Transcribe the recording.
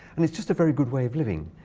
and it's just a very good way of living.